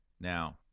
Now